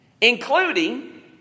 including